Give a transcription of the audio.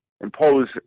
impose